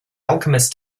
alchemist